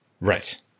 Right